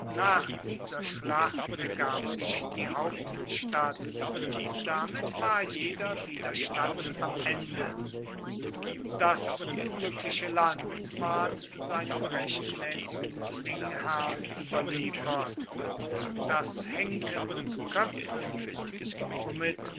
nach dieser schlacht ergab sich die hauptstadt und damit war jeder widerstand am ende das unglückliche land ward seinem rechtmäßigen zwingherrn überliefert das henken und köpfen womit